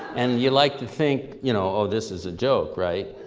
and you like to think, you know oh this is a joke, right?